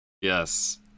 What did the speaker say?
Yes